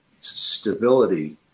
stability